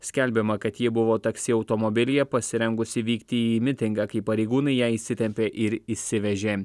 skelbiama kad ji buvo taksi automobilyje pasirengusi vykti į mitingą kai pareigūnai ją įsitempė ir išsivežė